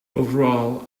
overall